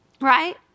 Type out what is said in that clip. Right